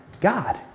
God